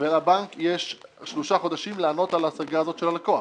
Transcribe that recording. ולבנק יש שלושה חודשים לענות על ההשגה הזאת של הלקוח.